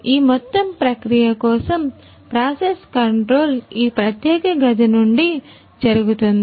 ఈ మొత్తం ప్రక్రియ కోసం ప్రాసెస్ కంట్రోల్ ఈ ప్రత్యేక గది నుండి జరుగుతుంది